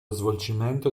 svolgimento